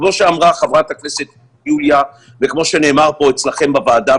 כמו שאמרה חברה הכנסת יוליה וכמו שנאמר פה אצלכם בוועדה,